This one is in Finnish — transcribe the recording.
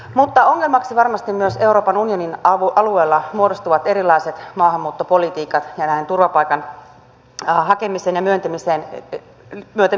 mutta ongelmaksi varmasti myös euroopan unionin alueella muodostuvat erilaiset maahanmuuttopolitiikat ja turvapaikan hakemisen ja myöntämisen perusteet